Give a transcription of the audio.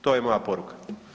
To je moja poruka.